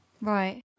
Right